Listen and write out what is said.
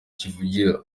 kivugira